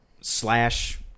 slash